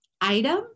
Item